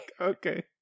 Okay